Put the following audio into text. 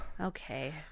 Okay